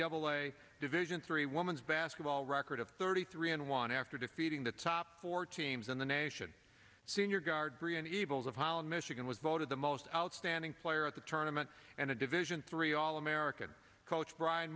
double a division three woman's basketball record of thirty three and won after defeating the top four teams in the nation senior guard brienne evils of holland michigan was voted the most outstanding player at the tournament and a division three all american coach brian